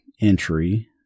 entry